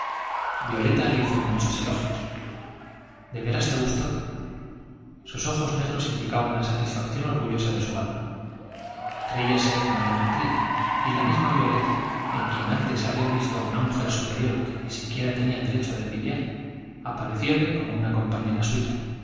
violeta le hizo muchos de elogios veras te gusto sus ojos negros indicaban la satisfacción de su alma creíase una orgullosa gran actriz y la misma violeta en quien antes había visto una rior que ni siquiera mujer supe tenía derecho de envidiar apa recióle como una compañera suya